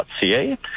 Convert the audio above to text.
.ca